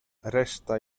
reszta